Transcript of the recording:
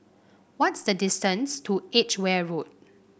what's the distance to Edgware Road